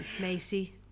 Macy